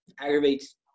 aggravates